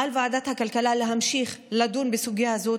על ועדת הכלכלה להמשיך לדון בסוגיה זו,